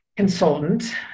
consultant